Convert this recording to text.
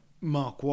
Mark